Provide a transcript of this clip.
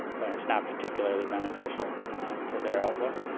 that's not particularly beneficial to their outlook,